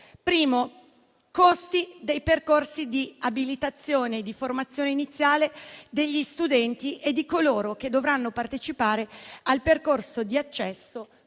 del costo dei percorsi di abilitazione e di formazione iniziale degli studenti e di coloro che dovranno partecipare all'*iter* per